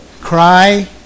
cry